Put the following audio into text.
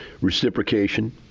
reciprocation